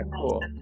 cool